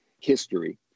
history